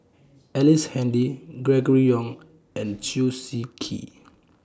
Ellice Handy Gregory Yong and Chew Swee Kee